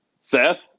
Seth